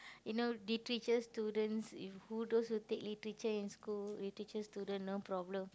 you know literature students if who those who take literature in school literature students no problem